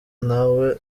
ntawe